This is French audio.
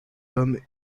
hommes